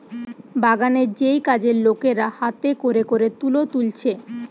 বাগানের যেই কাজের লোকেরা হাতে কোরে কোরে তুলো তুলছে